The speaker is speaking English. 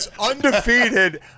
undefeated